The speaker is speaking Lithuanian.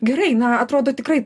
gerai na atrodo tikrai